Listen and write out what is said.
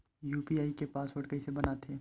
UPI के password कइसे बनाथे?